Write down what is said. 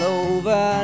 over